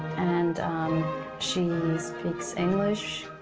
and she speaks english.